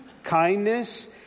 Kindness